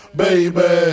baby